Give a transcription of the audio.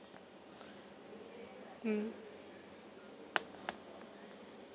mm